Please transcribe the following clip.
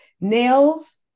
nails